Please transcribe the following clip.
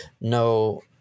No